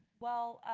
well,